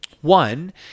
One